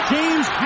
James